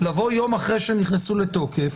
לבוא יום אחרי שהן נכנסו לתוקף,